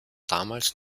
damals